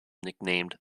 nicknamed